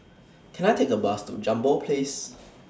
Can I Take A Bus to Jambol Place